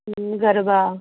garba